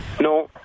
No